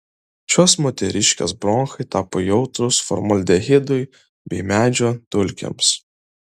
šios moteriškės bronchai tapo jautrūs formaldehidui bei medžio dulkėms